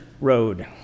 road